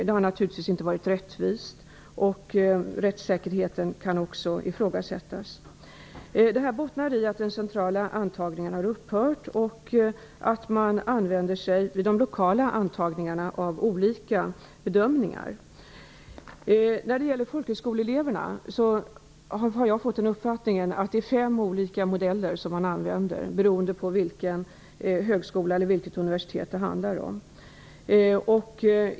Det har naturligtvis inte varit rättvist. Rättssäkerheten kan också ifrågasättas. Detta bottnar i att den centrala antagningen har upphört och att man vid de lokala antagningarna använder sig av olika bedömningar. När det gäller antagningsreglerna för folkhögskoleelever har jag fått uppfattningen att man använder fem olika modeller, beroende på vilken högskola eller vilket universitet det handlar om.